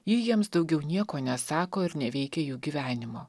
ji jiems daugiau nieko nesako ir neveikia jų gyvenimo